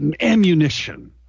ammunition